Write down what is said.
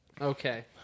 okay